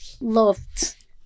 loved